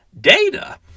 data